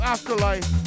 Afterlife